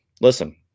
Listen